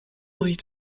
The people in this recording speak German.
sieht